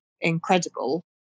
incredible